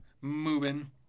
moving